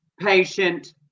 patient